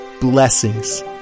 Blessings